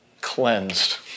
cleansed